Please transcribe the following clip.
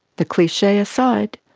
the cliche aside,